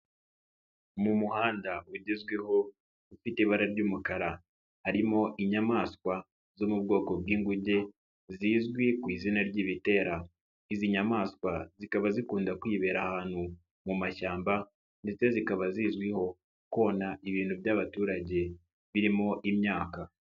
Mu muhanda ugezweho ufite ibara ry'umukara, harimo inyamaswa zo mu bwoko bw'inguge zizwi ku izina ry'ibitera, izi nyamaswa zikaba zikunda kwibera ahantu mu mashyamba ndetse zikaba zizwiho, kona ibintu by'abaturage birimo imyaka.